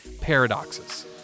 paradoxes